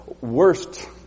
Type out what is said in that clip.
worst